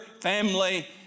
family